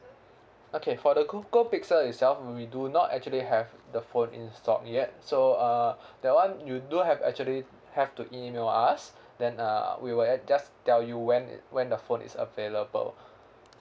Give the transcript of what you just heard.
okay for the google pixel itself we do not actually have the phone in stock yet so uh that one you do have actually have to email us then uh we will at just tell you when when the phone is available